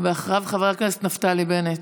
רוצה להרבות שנאה בישראל.